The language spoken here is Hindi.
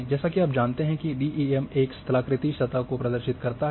जैसा कि आप जानते हैं कि डीईएम एक स्थलाकृति सतह को प्रदर्शित करता है